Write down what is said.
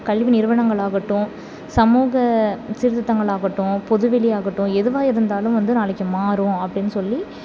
கல்வி நிறுவனங்கள் ஆகட்டும் சமூக சீர்த்திருத்தங்கள் ஆகட்டும் பொது வெளி ஆகட்டும் எதுவாக இருந்தாலும் வந்து நாளைக்கு மாறும் அப்படின்னு சொல்லி